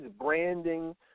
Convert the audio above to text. branding